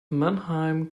manheim